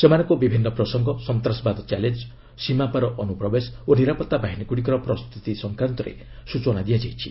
ସେମାନଙ୍କୁ ବିଭିନ୍ନ ପ୍ରସଙ୍ଗ ସନ୍ତାସବାଦ ଚ୍ୟାଲେଞ୍ ସୀମା ପାର ଅନୁପ୍ରବେଶ ଓ ନିରାପତ୍ତା ବାହିନୀଗୁଡ଼ିକର ପ୍ରସ୍ତୁତି ସଂକ୍ରାନ୍ତରେ ସ୍ୱଚନା ଦିଆଯାଇଛି